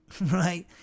right